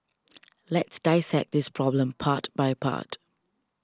let's dissect this problem part by part